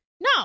no